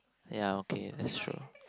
ya okay that's true